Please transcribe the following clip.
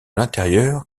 l’intérieur